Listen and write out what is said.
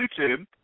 YouTube